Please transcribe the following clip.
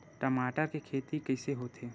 टमाटर के खेती कइसे होथे?